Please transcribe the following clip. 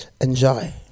Enjoy